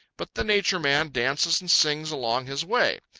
but the nature man dances and sings along his way.